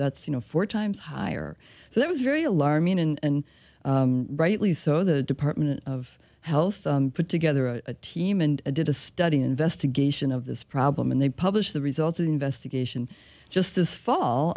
that's you know four times higher so that was very alarming and rightly so the department of health put together a team and did a study investigation of this problem and they published the results of the investigation just this fall